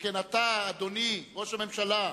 שכן אתה, אדוני ראש הממשלה,